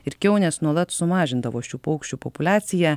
ir kiaunės nuolat sumažindavo šių paukščių populiaciją